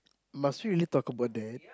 must we really talk about that